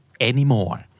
anymore